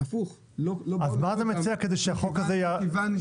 הפוך -- אז מה אתה מציע כדי שהחוק הזה יעבוד?